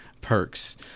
perks